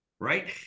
Right